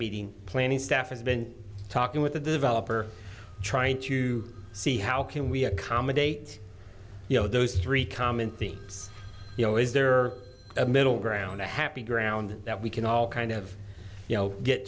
meeting planning staff has been talking with a developer trying to see how can we accommodate you know those three common things you know is there a middle ground a happy ground that we can all kind of you know get